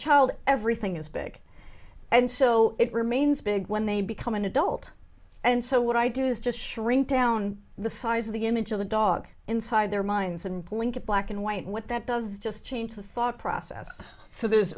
child everything is big and so it remains big when they become an adult and so what i do is just shrink down the size of the image of the dog inside their minds and point at black and white what that does just change the thought process so there's